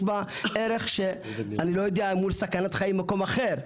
יש בה ערך שאני לא יודע מול סכנת חיים מקום אחר,